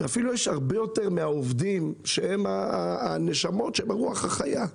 ואפילו יש הרבה יותר מהעובדים שהם הנשמות שברוח החיה.